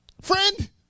Friend